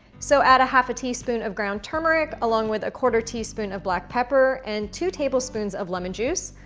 so add a half a teaspoon of ground turmeric along with a quarter teaspoon of black pepper and two tablespoons of lemon juice,